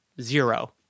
Zero